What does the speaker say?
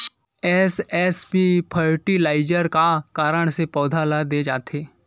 SSP fertiliser का कारण से पौधा ल दे जाथे?